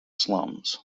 slums